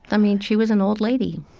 i mean, she was an old lady.